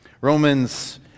Romans